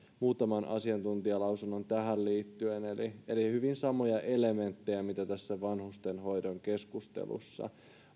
muutaman asiantuntijalausunnon tähän liittyen eli eli hyvin samoja elementtejä kuin vanhustenhoidon keskustelussa